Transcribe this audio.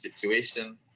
situation